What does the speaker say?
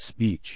speech 。